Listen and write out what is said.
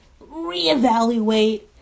reevaluate